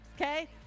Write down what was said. okay